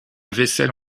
vaisselle